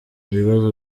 ibibazo